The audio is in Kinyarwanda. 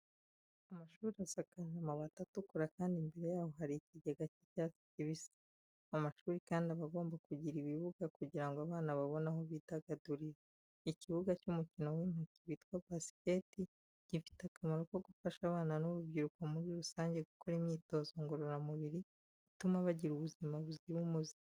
Amashuri asakaje amabati atukura kandi imbere yayo hari ikigega cy'icyatsi kibisi. Amashuri kandi aba agomba kugira ibibuga kugira ngo abana babone aho bidagadurira. Ikibuga cy’umukino w’intoki witwa basiketi gifite akamaro ko gufasha abana n’urubyiruko muri rusange gukora imyitozo ngororamubiri ituma bagira ubuzima buzira umuze.